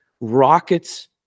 rockets